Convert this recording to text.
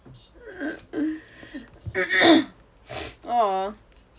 !aww!